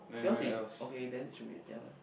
yours is okay then should be yea